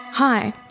Hi